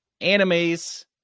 animes